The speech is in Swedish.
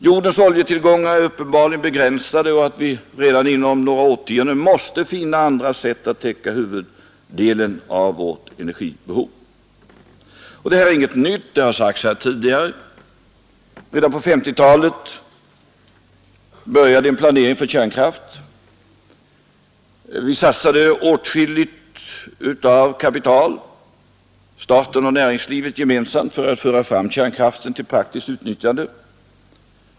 Jordens oljetillgångar är uppenbarligen begränsade, och vi måste redan inom några årtionden finna andra sätt att täcka huvuddelen av vårt energibehov. Detta är inget nytt — det har sagts här tidigare. Redan på 1950-talet började en planering för kärnkraft. Staten och näringslivet gemensamt satsade åtskilligt av kapital för att föra fram kärnkraften till praktiskt utnyttjande.